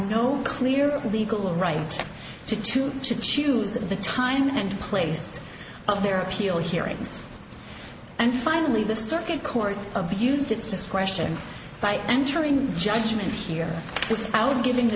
no clear of legal right to to choose the time and place of their appeal hearings and finally the circuit court abused its discretion by ensuring judgement here without giving the